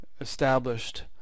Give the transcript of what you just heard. established